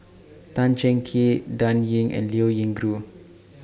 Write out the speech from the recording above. Tan Cheng Kee Dan Ying and Liao Yingru